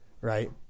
right